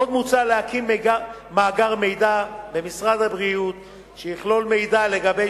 עוד מוצע להקים במשרד הבריאות מאגר מידע שיכלול מידע לגבי